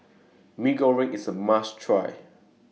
Mee Goreng IS A must Try